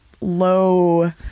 low